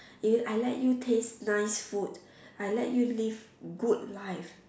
if I let you taste nice food I let you live good life